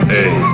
Hey